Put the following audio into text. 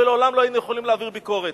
ולעולם לא היינו יכולים להעביר ביקורת.